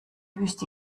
wüste